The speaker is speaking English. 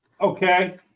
Okay